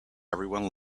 everyone